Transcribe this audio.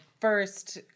first